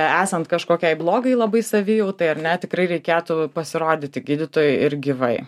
esant kažkokiai blogai labai savijautai ar ne tikrai reikėtų pasirodyti gydytojui ir gyvai